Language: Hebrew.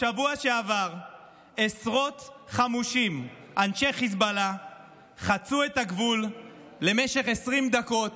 בשבוע שעבר עשרות חמושים אנשי חיזבאללה חצו את הגבול למשך 20 דקות,